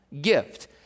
gift